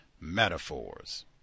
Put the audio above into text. metaphors